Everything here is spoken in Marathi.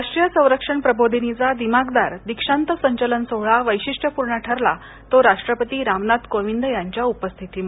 राष्ट्रीय संरक्षण प्रबोधिनीच्या दिमाखदार दीक्षांत संचलन सोहळा वैशिष्ट्यपूर्ण ठरला तो राष्ट्रपती रामनाथ कोविंद यांच्या उपस्थितीमुळे